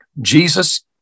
Jesus